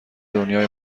دنیای